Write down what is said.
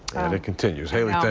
and it continues. haley,